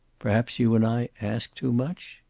perhaps you and i ask too much?